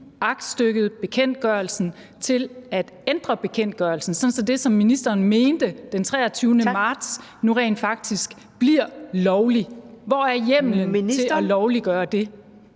aktstykket er til at ændre bekendtgørelsen, sådan at det, ministeren mente den 23. marts, nu rent faktisk bliver lovligt? Hvor er hjemmelen til at lovliggøre det?